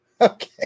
okay